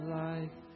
life